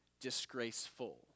disgraceful